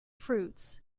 fruits